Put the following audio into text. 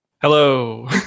Hello